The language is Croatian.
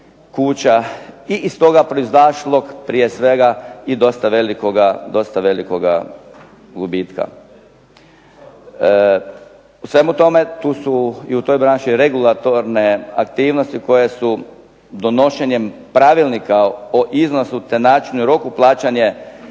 i iz toga proizašlog prije svega i dosta velikoga gubitka. U svemu tome tu su i u toj branši regulatorne aktivnosti koje su donošenjem Pravilnika o iznosu te načinu i roku plaćanja